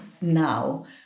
now